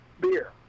beer